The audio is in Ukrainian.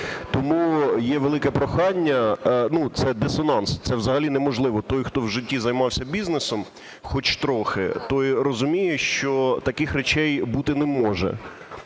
Тому є велике прохання… Ну, це дисонанс, це взагалі неможливо. Той, хто в житті займався бізнесом хоч трохи, той розуміє, що таких речей бути не може.